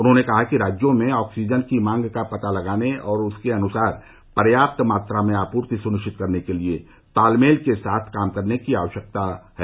उन्होंने कहा कि राज्यों की ऑक्सीजन की मांग का पता लगाने और उसके अनुसार पर्याप्त मात्रा में आपूर्ति सुनिश्चित करने के लिए तालमेल के साथ काम करने की आवश्यकता पर बल दिया गया